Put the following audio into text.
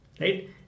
right